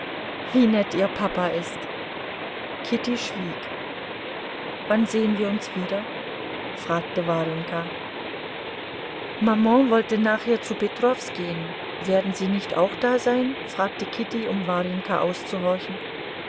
wie nett ihr papa ist kitty schwieg wann sehen wir uns wieder fragte warjenka maman wollte nachher zu petrows gehen werden sie nicht auch da sein fragte kitty um warjenka auszuhorchen